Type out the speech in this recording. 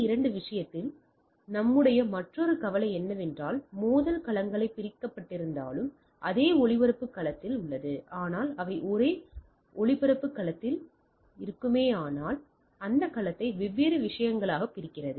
அடுக்கு 2 விஷயத்தில் நம்முடைய மற்றொரு கவலை என்னவென்றால் மோதல் களங்கள் பிரிக்கப்பட்டிருந்தாலும் அதே ஒளிபரப்பு களத்தில் உள்ளது ஆனால் அவை ஒரே ஒளிபரப்பு களத்தில் உள்ளன இதனால் ஒளிபரப்பு களத்தை வெவ்வேறு விஷயங்களாக பிரிக்கிறது